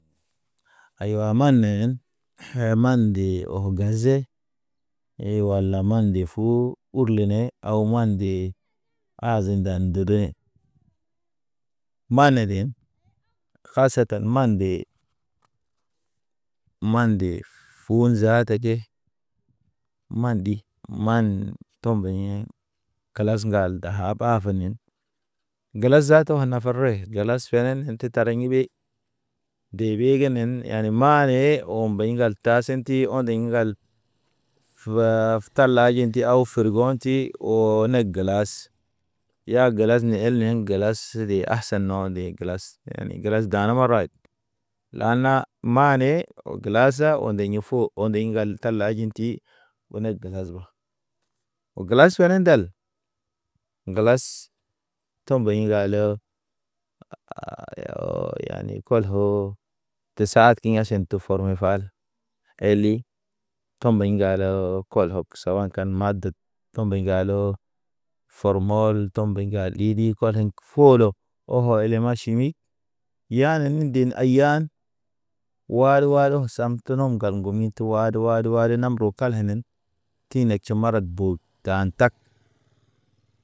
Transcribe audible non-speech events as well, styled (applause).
Aywa man hen hɛ man nde o gaze. He wala man nde fu uglene aw man nde, azen ndan ndedeɲen. Mane den kasatan man de, man de u zaata ke. Man ɗi man tɔ mbe yḛ, kelas ŋgal da bafaɲen. Gela zaata nafarɔy, gelas fenen inte tar ɲibe. De bee genen yani mane o mbeɲi ŋgal ta, ta sinti ɔndiŋ ŋgal. (hesitation) tala anti aw frigo ɔnti ti oo ne glas, ya glas ne el glas de as no de glas. Yani glas dana marwayd, lana mane oo glasa ɔndiŋ fo, ɔndiŋ ŋgal tala jinti. Ɓonek glas ɓa oo glas fene ndal. Glas tɔ mbeɲ ŋgalo (hesitation) yani kɔl oo. Te saad ki yaʃin te fɔrme faal. Heli, tɔ mbeɲ ŋgalo, kɔl ɔksə. Sawakan maded, tɔ mbeɲ ŋgalo. Fɔrmɔl tɔ mbeɲ ŋgal ɗi-ɗi kɔl, kɔlink holo ɔkɔ ele ma ʃimi, yana ne den ayan, wal- wal sam tonɔm ŋgal ŋgumitu. To wad- wad- wad nam ro kalanen, tine ti marak bol tan tak.